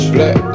Black